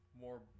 more